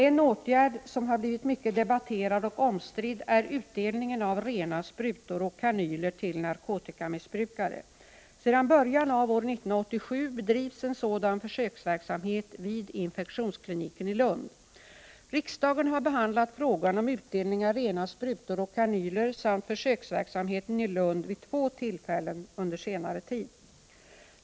En åtgärd som har blivit mycket debatterad och omstridd är utdelningen av rena sprutor och kanyler till narkotikamissbrukare. Sedan början av år 1987 bedrivs en sådan försöksverksamhet vid infektionskliniken i Lund. Riksdagen har behandlat frågan om utdelning av rena sprutor och kanyler samt försöksverksamheten i Lund vid två tillfällen under senare tid.